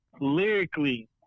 lyrically